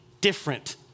different